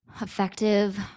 effective